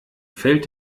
fällt